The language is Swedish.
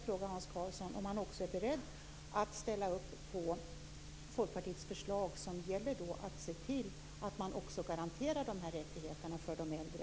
Är Hans Karlsson då också beredd att ställa upp på Folkpartiets förslag om att se till att garantera de här rättigheterna för de äldre?